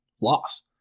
loss